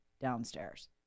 downstairs